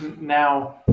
Now